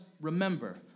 remember